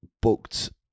booked